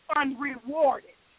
unrewarded